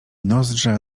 nozdrza